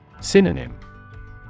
Synonym